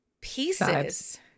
pieces